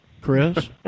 Chris